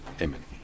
Amen